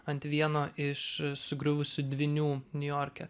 ant vieno iš sugriuvusių dvynių niujorke